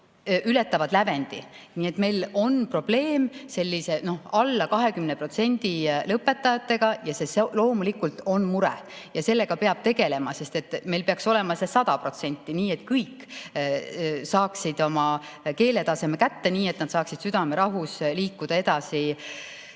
ületavad lävendi. Nii et meil on probleem alla 20% lõpetajatega. See loomulikult on mure ja sellega peab tegelema, sest meil peaks olema 100% nii, et kõik saaksid keeletaseme kätte ja saaksid südamerahus liikuda edasi